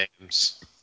names